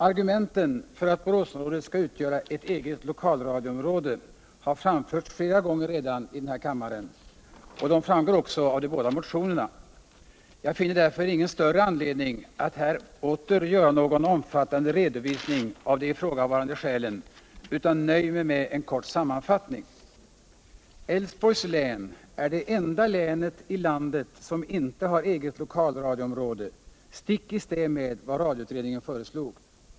Argumenten för att Boräsområdet skall utgöra eu eget lokalradioområde har framförts flera gånger redan här i kammaren. Det framgår också av de båda motionerna. Jag finner därför ingen större anledning att här åter göra någon omfattande redovisning av de ifrågavarande skälen utan nöjer mig med en kort sammanfattning. Älvsborgs län är det enda län i landet som inte har eget lokalradioområde, stick i stäv med vad radioutredningen föreslog.